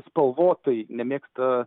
spalvotai nemėgsta